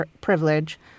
privilege